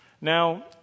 Now